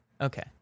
Okay